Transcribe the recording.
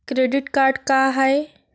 Credit card का हाय?